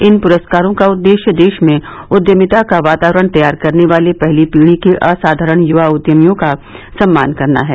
इन पुरस्कारों का उदेश्य देश में उद्यमिता का वातावरण तैयार करने वाले पहली पीढ़ी के असाधारण युवा उद्यमियों का सम्मान करना है